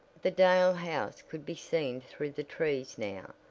the dale house could be seen through the trees now.